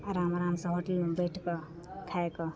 आराम आरामसे होटलेमे बैठिके खाइके